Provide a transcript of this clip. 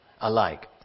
alike